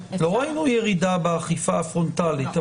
לא ראינו ירידה באכיפה הפרונטלית,